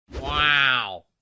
Wow